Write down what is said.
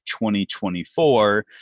2024